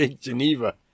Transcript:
Geneva